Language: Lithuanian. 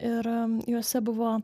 ir juose buvo